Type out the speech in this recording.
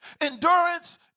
Endurance